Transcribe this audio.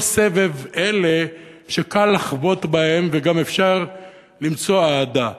סבב אלה שקל לחבוט בהם וגם אפשר למצוא אהדה.